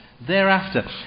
thereafter